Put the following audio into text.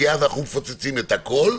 כי אז אנחנו מפוצצים את הכול.